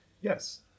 Yes